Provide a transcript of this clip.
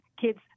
kids